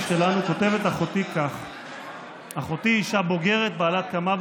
הכנופיה היחידה היא שלכם.